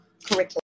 curriculum